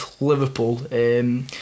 Liverpool